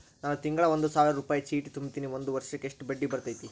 ನಾನು ತಿಂಗಳಾ ಒಂದು ಸಾವಿರ ರೂಪಾಯಿ ಚೇಟಿ ತುಂಬತೇನಿ ಒಂದ್ ವರ್ಷಕ್ ಎಷ್ಟ ಬಡ್ಡಿ ಬರತೈತಿ?